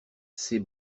ses